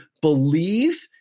believe